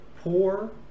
poor